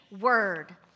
word